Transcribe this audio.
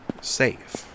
Safe